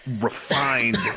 refined